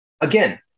Again